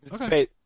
Okay